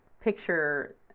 Picture